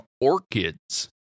orchids